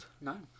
No